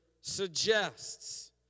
suggests